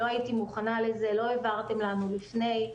לא הייתי מוכנה לזה ולא העברתם אלינו לפני.